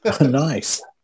Nice